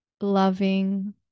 loving